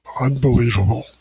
unbelievable